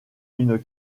une